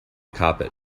carpet